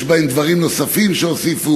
יש בהם דברים נוספים שהוסיפו,